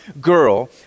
girl